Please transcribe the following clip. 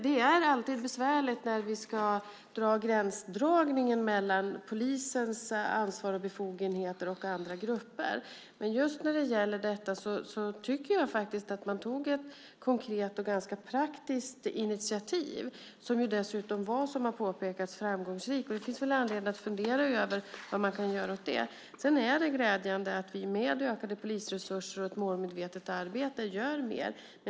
Det är alltid besvärligt när vi ska göra gränsdragningen mellan polisens ansvar och befogenheter och andra grupper. Just i detta fall gjorde man ett konkret och ganska praktiskt initiativ som dessutom, som har påpekats, var framgångsrikt. Det finns anledning att fundera över vad man kan göra åt det. Det är glädjande att vi med ökade polisresurser och ett målmedvetet arbete gör mer.